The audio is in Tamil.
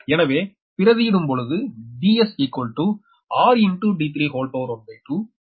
எனவே பிரதியிடும்பொழுது Ds 12 12 r d3 அடுக்கு 1 பய் 3